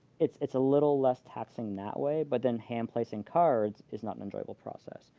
it's it's a little less taxing that way. but then hand placing cards is not an enjoyable process.